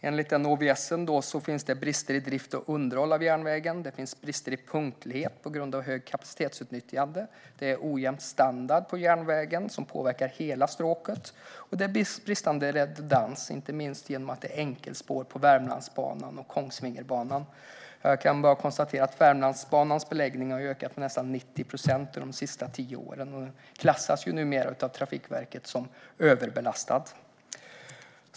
Enligt ÅVS:en finns det brister i drift och underhåll av järnvägen och i punktlighet på grund av högt kapacitetsutnyttjande, det är ojämn standard på järnvägen som påverkar hela stråket och det är bristande redundans, inte minst för att det är enkelspår på Värmlandsbanan och Kongsvingerbanan. Jag kan konstatera att Värmlandsbanans beläggning har ökat med nästan 90 procent de senaste tio åren och att Trafikverket numera klassar den som överbelastad.